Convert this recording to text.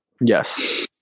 yes